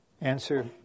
Answer